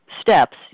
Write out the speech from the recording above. steps